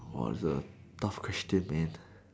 !wah! this a tough question man